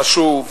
חשוב,